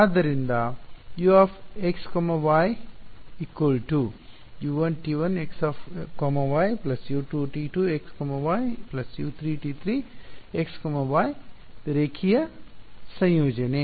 ಆದ್ದರಿಂದ →→→→ U x y U 1T 1x y U 2T 2x y U 3T 3x y ರೇಖೀಯ ಸಂಯೋಜನೆ